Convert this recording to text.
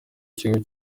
kigo